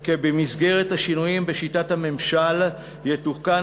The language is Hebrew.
כי במסגרת השינויים בשיטת הממשל יתוקן